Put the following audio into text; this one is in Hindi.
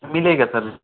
मिलेगा सर